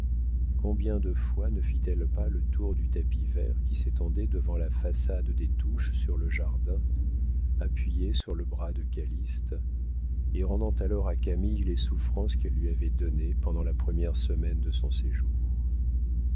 combien de fois ne fit-elle pas le tour du tapis vert qui s'étendait devant la façade des touches sur le jardin appuyée sur le bras de calyste et rendant alors à camille les souffrances qu'elle lui avait données pendant la première semaine de son séjour